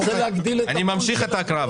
אנחנו ממשיכים את ההקראה.